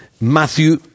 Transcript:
Matthew